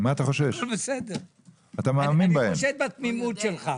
אני חושד בתמימות שלך.